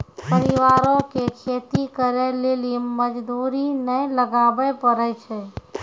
परिवारो के खेती करे लेली मजदूरी नै लगाबै पड़ै छै